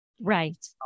Right